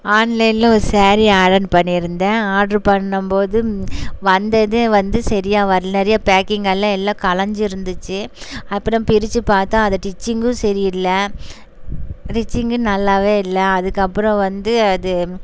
ஆன்லைனில் ஒரு சாரீ ஆர்டர் பண்ணியிருந்தேன் ஆர்ட்ரு பண்ணும்போது வந்ததே வந்து சரியா வரல நிறையா பேக்கிங்கெல்லாம் எல்லா கலைஞ்சிருந்துச்சி அப்புறம் பிரித்து பார்த்தா அதை டிச்சிங்கும் சரியில்ல ரிச்சிங்கும் நல்லாவே இல்லை அதுக்கப்புறம் வந்து அது